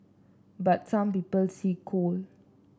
but some people see coal